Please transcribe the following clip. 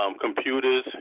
computers